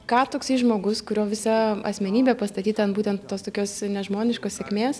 ką toksai žmogus kurio visa asmenybė pastatyta ant būtent tos tokios nežmoniškos sėkmės